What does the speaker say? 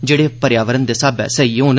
जेड़े पर्यावरण दे स्हाबै सेही होन